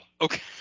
Okay